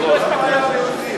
יש בעיה להוסיף?